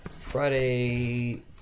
Friday